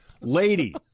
lady